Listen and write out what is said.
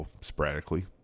sporadically